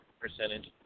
percentage